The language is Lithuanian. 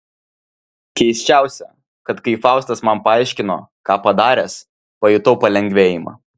keisčiausia kad kai faustas man paaiškino ką padaręs pajutau palengvėjimą